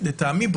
לטעמי,